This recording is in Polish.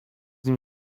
nim